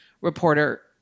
reporter